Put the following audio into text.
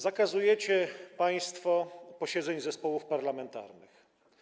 Zakazujecie państwo posiedzeń zespołów parlamentarnych.